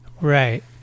Right